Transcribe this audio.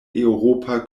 eŭropa